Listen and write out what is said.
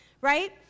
right